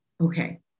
Okay